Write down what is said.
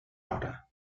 hora